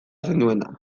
zenuena